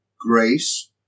grace